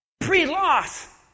Pre-loss